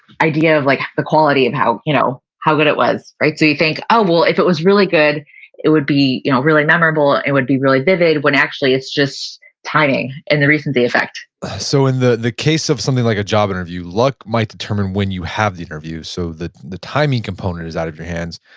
idea of like the quality and of you know how good it was, right? so you think oh, well if it was really good it would be you know really memorable. it would be really vivid, when actually it's just timing and the recency effect so in the the case of something like a job interview, luck might determine when you have the interview, so the the timing component is out of your hands,